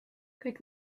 kõik